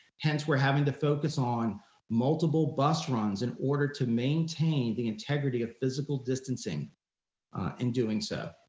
hence we're having to focus on multiple bus runs in order to maintain the integrity of physical distancing in doing so.